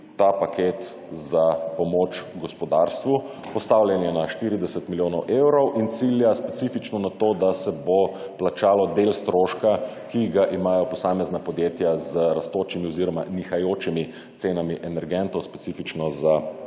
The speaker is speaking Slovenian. ta paket za pomoč gospodarstvo. Postavljen je na 40 milijonov evrov in cilja specifično na to, da se bo plačalo del stroška, ki ga imajo posamezna podjetja z rastočimi oziroma nihajočimi cenami energentov specifično za elektriko